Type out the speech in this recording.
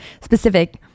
Specific